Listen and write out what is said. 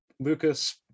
Lucas